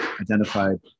identified